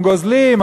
הם גוזלים,